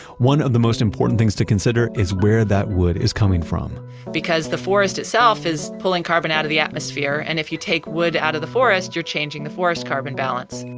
one of the most important things to consider is where that wood is coming from because the forest itself is pulling carbon out of the atmosphere. and if you take wood out of the forest, you're changing the forest carbon balance.